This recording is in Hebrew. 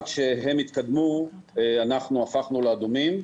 עד שהם התקדמו אנחנו הפכנו לאדומים.